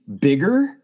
bigger